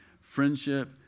friendship